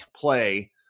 play